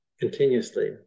continuously